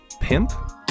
pimp